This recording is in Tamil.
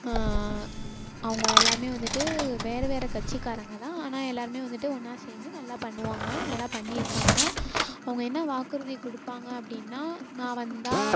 அவங்க எல்லோருமே வந்துட்டு வேறு வேறு கட்சிக்காரங்கள் தான் ஆனால் எல்லோருமே வந்துவிட்டு ஒன்றா சேர்ந்து நல்லா பண்ணுவாங்க நல்லா பண்ணி இருக்காங்க அவங்க என்ன வாக்குறுதி கொடுப்பாங்க அப்படின்னா நான் வந்தால்